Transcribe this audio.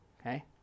Okay